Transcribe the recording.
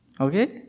okay